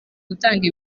gutanga